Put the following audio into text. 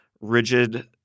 rigid